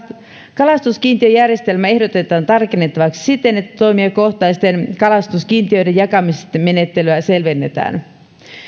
kalastuskiintiöjärjestelmää ehdotetaan tarkennettavaksi siten että toimijakohtaisten kalastuskiintiöiden jakamisen menettelyä selvennetään